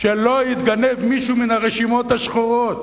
שלא יתגנב מישהו מן הרשימות השחורות